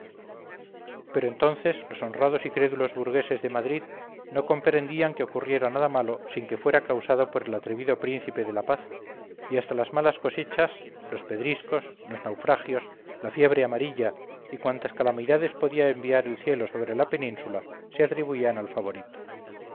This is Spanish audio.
pero entonces los honrados y crédulos burgueses de madrid no comprendían que ocurriera nada malo sin que fuera causado por el atrevido príncipe de la paz y hasta las malas cosechas los pedriscos los naufragios la fiebre amarilla y cuantas calamidades podía enviar el cielo sobre la península se atribuían al favorito